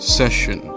session